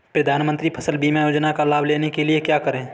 प्रधानमंत्री फसल बीमा योजना का लाभ लेने के लिए क्या करें?